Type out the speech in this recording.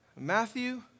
Matthew